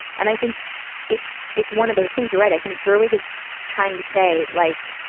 and i think it's it's one of those things. you're right. i think gerwig is trying to say like.